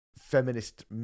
feminist